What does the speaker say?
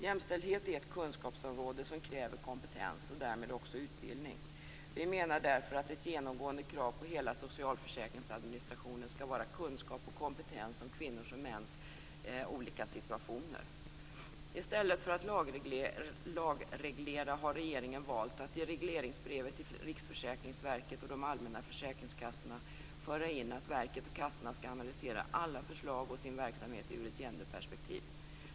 Jämställdhet är ett kunskapsområde som kräver kompetens och därmed också utbildning. Vi menar därför att ett genomgående krav på hela socialförsäkringsadministrationen skall vara kunskap och kompetens om kvinnors och mäns olika situationer. I stället för att lagreglera har regeringen valt att i regleringsbrevet till Riksförsäkringsverket och de allmänna försäkringskassorna föra in att verket och kassorna skall analysera alla förslag och sin verksamhet ur ett genderperspektiv.